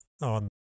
on